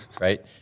right